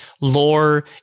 Lore